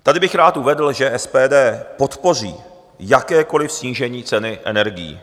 Tady bych rád uvedl, že SPD podpoří jakékoliv snížení ceny energií.